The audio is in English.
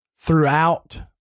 Throughout